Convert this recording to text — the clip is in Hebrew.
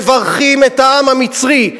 מברכים את העם המצרי,